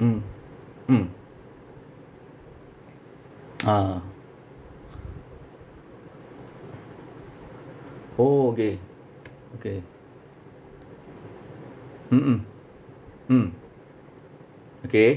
mm mm ah orh okay okay mm mm mm okay